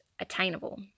attainable